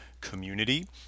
community